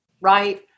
right